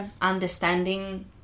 understanding